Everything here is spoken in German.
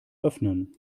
öffnen